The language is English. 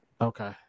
Okay